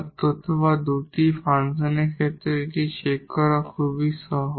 অথবা দুটি ফাংশনের ক্ষেত্রে এটি চেক করা খুবই সহজ